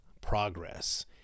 progress